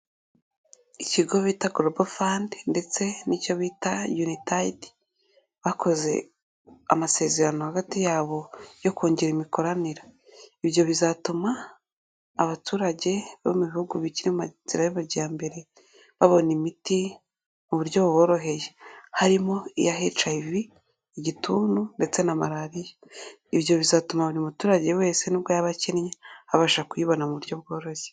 Ikigo bita Global Fund ndetse n'icyo bita Unitaid, bakoze amasezerano hagati yabo yo kongera imikoranire. Ibyo bizatuma abaturage bo mu bihugu bikiri mu nzira y'amajyambere babona imiti mu buryo buboroheye, harimo iya HIV, Igituntu ndetse na Malariya. Ibyo bizatuma buri muturage wese n'ubwo yaba akennye, abasha kuyibona mu buryo bworoshye.